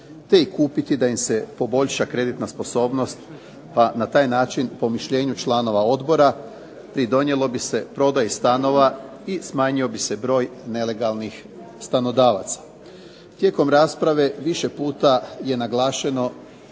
te i kupiti da im se poboljša kreditna sposobnost pa na taj način, po mišljenju članova odbora, pridonijelo bi se prodaji stanova i smanjio bi se broj nelegalnih stanodavaca. Tijekom rasprave više puta je naglašeno